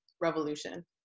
revolution